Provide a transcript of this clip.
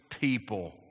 people